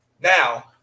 Now